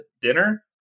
dinner